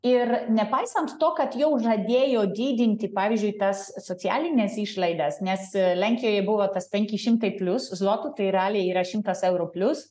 ir nepaisant to kad jau žadėjo didinti pavyzdžiui tas socialines išleidas nes lenkijoj buvo tas penki šimtai plius zlotų tai realiai yra šimtas eurų plius